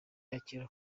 yakira